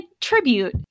tribute